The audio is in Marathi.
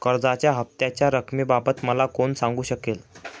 कर्जाच्या हफ्त्याच्या रक्कमेबाबत मला कोण सांगू शकेल?